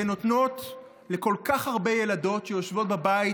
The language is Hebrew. אתן נותנות לכל כך הרבה ילדות שיושבות בבית